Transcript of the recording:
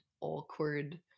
awkward